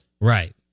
Right